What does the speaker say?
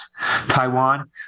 Taiwan